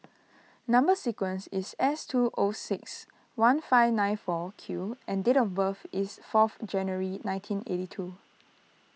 Number Sequence is S two zero six one five nine four Q and date of birth is fourth January nineteen eighty two